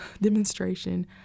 demonstration